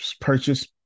purchase